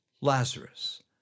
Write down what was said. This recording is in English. Lazarus